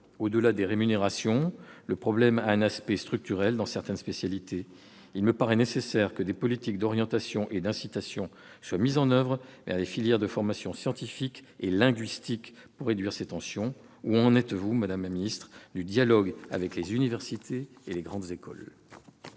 Au-delà des rémunérations, le problème a un aspect structurel dans un certain nombre de spécialités. Il me paraît nécessaire que des politiques d'orientation et d'incitation soient mises en oeuvre pour promouvoir les filières de formation scientifique et linguistique, ce qui permettrait de réduire ces tensions. Où en êtes-vous, madame la ministre, du dialogue avec les universités et les grandes écoles ?